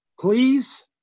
please